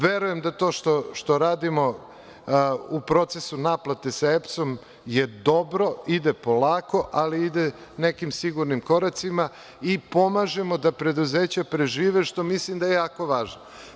Verujem da to što radimo u procesu naplate sa EPS-om je dobro, ide polako, ali ide nekim sigurnim koracima i pomažemo da preduzeća prežive, što mislim da je jako važno.